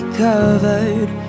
covered